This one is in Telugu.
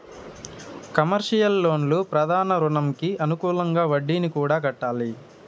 కమర్షియల్ లోన్లు ప్రధాన రుణంకి అనుకూలంగా వడ్డీని కూడా కట్టాలి